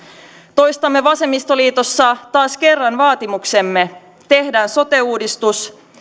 toistamme vasemmistoliitossa taas kerran vaatimuksemme tehdään sote uudistus